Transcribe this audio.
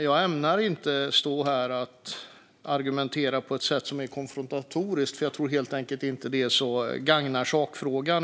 Jag ämnar inte stå här och argumentera på ett sätt som är konfrontatoriskt, för jag tror helt enkelt inte att det gagnar sakfrågan.